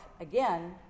again